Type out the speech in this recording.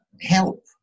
help